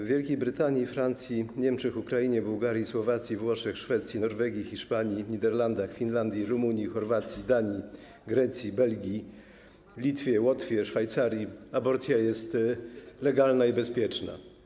W Wielkiej Brytanii, Francji, Niemczech, Ukrainie, Bułgarii, na Słowacji, we Włoszech, Szwecji, Norwegii, Hiszpani, Niderlandach, Finlandii, Rumunii, Chorwacji, Danii, Grecji, Belgii, na Litwie, Łotwie, w Szwajcarii aborcja jest legalna i bezpieczna.